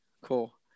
Cool